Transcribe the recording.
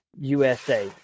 USA